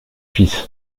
fils